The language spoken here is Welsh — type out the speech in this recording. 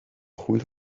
hwyl